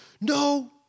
No